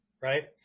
right